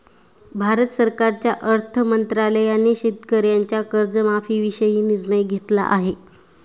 भारत सरकारच्या अर्थ मंत्रालयाने शेतकऱ्यांच्या कर्जमाफीविषयी निर्णय घेतला आहे